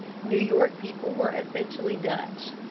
new york people were essentially dutch.